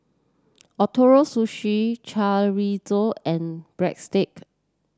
Ootoro Sushi Chorizo and Breadsticks